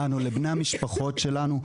לבני המשפחות שלנו,